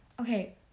okay